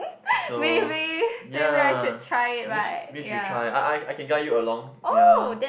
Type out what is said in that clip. so ya wish wish we try I I I can guide you along ya